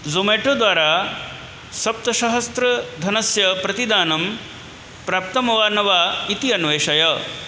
Zomato द्वारा सप्तसहस्रधनस्य प्रतिदानं प्राप्तं वा न वा इति अन्वेषय